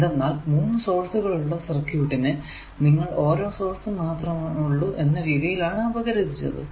എന്തെന്നാൽ മൂന്ന് സോഴ്സുകൾ ഉള്ള സർക്യൂട്ടിനെ നിങ്ങൾ ഓരോ സോഴ്സ് മാത്രമേ ഉള്ളൂ എന്ന രീതിയിൽ ആണ് അപഗ്രഥിച്ചതു